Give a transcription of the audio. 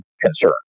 concern